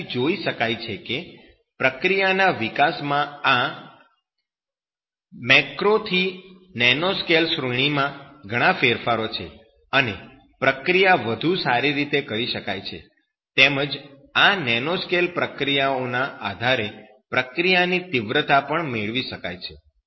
ત્યારથી જોઈ શકાય છે કે પ્રક્રિયાના વિકાસમાં આ મેક્રો થી નેનોસ્કેલ શ્રેણીમાં ઘણો ફેરફાર છે અને પ્રક્રિયા વધુ સારી કરી શકાય છે તેમજ આ નેનોસ્કેલ પ્રક્રિયાઓના આધારે પ્રક્રિયાની તીવ્રતા પણ મેળવી શકાય છે